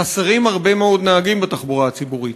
חסרים הרבה מאוד נהגים בתחבורה הציבורית,